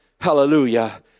Hallelujah